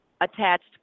attached